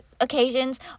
occasions